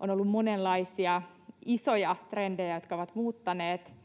on ollut monenlaisia isoja trendejä, jotka ovat muuttaneet